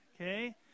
okay